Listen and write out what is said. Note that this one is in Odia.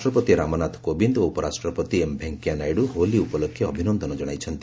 ରାଷ୍ଟ୍ରପତି ରାମନାଥ କୋବିନ୍ଦ ଓ ଉପରାଷ୍ଟ୍ରପତି ଏମ୍ ଭେଙ୍କୟାନାଇଡୁ ହୋଲି ଉପଲକ୍ଷେ ଅଭିନନ୍ଦନ କଣାଇଛନ୍ତି